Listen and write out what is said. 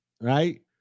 right